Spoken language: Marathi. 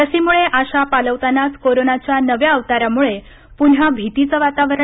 लसीमुळे आशा पालवतानाच कोरोनाच्या नव्या अवतारामुळे पुन्हा भीतीचं वातावरण